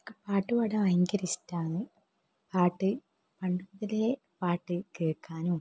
എനിക്ക് പാട്ട് പാടാൻ ഭയങ്കര ഇഷ്ടമാണ് പാട്ട് പണ്ടു മുതലേ പാട്ട് കേൾക്കാനും